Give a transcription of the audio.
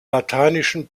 lateinischen